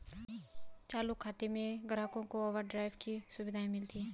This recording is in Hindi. चालू खाता में ग्राहक को ओवरड्राफ्ट की सुविधा मिलती है